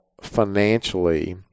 financially